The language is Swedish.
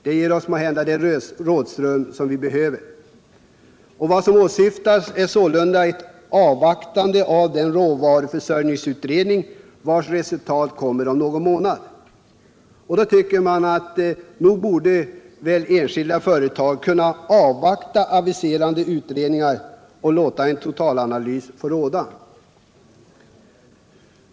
Det ger oss måhända det rådrum som vi behöver. Vad som åsyftas är sålunda ett avvaktande av den råvaruförsörjningsutredning vars resultat kommer om någon månad. Då tycker man att nog borde enskilda företag kunna avvakta aviserade utredningar och låta en totalanalys få råda.